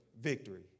victory